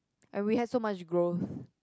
and we had so much growth